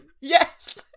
Yes